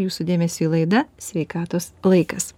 jūsų dėmesiui laida sveikatos laikas